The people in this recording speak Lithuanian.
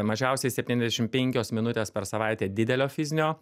mažiausiai septyniasdešimt penkios minutės per savaitę didelio fizinio